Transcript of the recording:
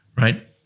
right